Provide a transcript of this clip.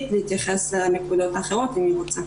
להתייחס לנקודות האחרות אם היא רוצה.